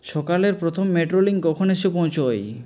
সকালের প্রথম metro link কখন এসে পৌঁছয়